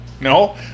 No